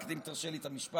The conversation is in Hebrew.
רק אם תרשה לי לסיים את המשפט.